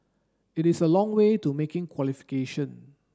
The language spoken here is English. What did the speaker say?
it is a long way to making qualification